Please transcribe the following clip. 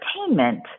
entertainment